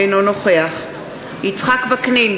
אינו נוכח יצחק וקנין,